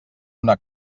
una